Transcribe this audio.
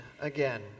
again